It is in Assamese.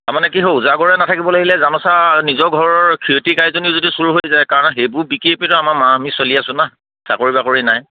তাৰমানে কি হয় উজাগৰে নাথাকিব লাগিলে জানোচা নিজৰ ঘৰৰ ক্ষিৰতী গাইজনী যদি চুৰ হৈ যায় কাৰণ সেইবোৰ বিকি পিয়েতো আমাৰ মা আমি চলি আছোঁ চাকৰি বাকৰি নাই